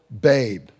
babe